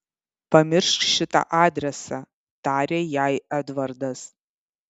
pamiršk šitą adresą tarė jai edvardas